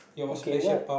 okay what